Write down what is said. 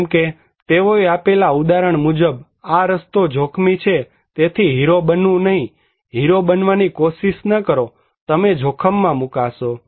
જેમ કે તેઓએ આપેલા ઉદાહરણ મુજબ આ રસ્તો જોખમી છે તેથી હીરો બનવું નહીંહીરો બનવાની કોશિશ ન કરો તમે જોખમમાં મુકાશો